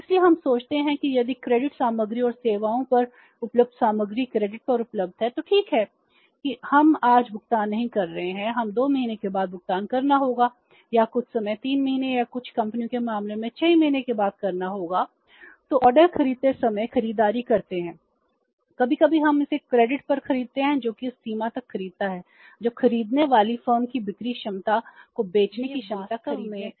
इसलिए हम सोचते हैं कि यदि क्रेडिट पर खरीदते हैं जो कि उस सीमा तक खरीदता है जो खरीदने वाली फर्म की बिक्री क्षमता को बेचने की क्षमता खरीदने से कहीं अधिक है